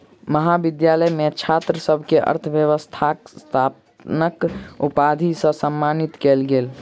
महाविद्यालय मे छात्र सभ के अर्थव्यवस्थाक स्नातक उपाधि सॅ सम्मानित कयल गेल